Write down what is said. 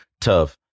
tough